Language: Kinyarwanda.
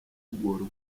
google